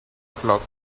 flock